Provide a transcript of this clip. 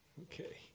Okay